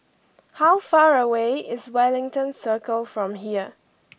how far away is Wellington Circle from here